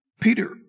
Peter